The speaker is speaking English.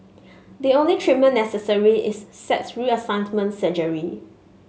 the only treatment necessary is sex reassignment surgery